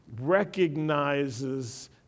recognizes